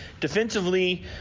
Defensively